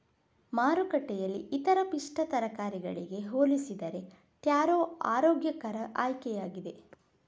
ಮಾರುಕಟ್ಟೆಯಲ್ಲಿ ಇತರ ಪಿಷ್ಟ ತರಕಾರಿಗಳಿಗೆ ಹೋಲಿಸಿದರೆ ಟ್ಯಾರೋ ಆರೋಗ್ಯಕರ ಆಯ್ಕೆಯಾಗಿದೆ